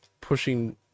pushing